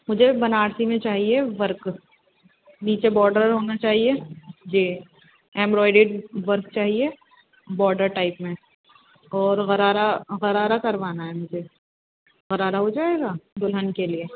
مجھے بنارسی میں چاہیے ورک نیچے بارڈر ہونا چاہیے جی ایمبرائڈری ورک چاہیے بارڈر ٹائپ میں اور غرارہ غرارہ کروانا ہے مجھے غرارہ ہو جائے گا دلہن کے لیے